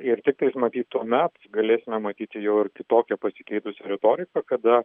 ir tiktais matyt tuomet galėsime matyti jau ir kitokią pasikeitusią retoriką kada